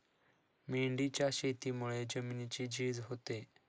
मेंढीच्या शेतीमुळे जमिनीची झीज होते